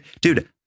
Dude